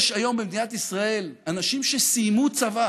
יש היום במדינת ישראל אנשים שסיימו צבא